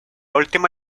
última